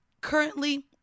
currently